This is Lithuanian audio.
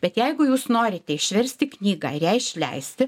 bet jeigu jūs norite išversti knygą ir ją išleisti